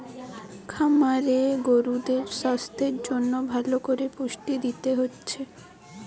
খামারে গরুদের সাস্থের জন্যে ভালো কোরে পুষ্টি দিতে হচ্ছে